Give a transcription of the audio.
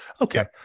Okay